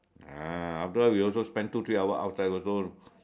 ah after all we also spend two three hour outside also